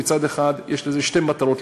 מצד אחד יש לזה שתי מטרות,